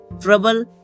trouble